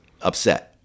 upset